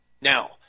Now